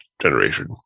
generation